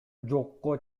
жокко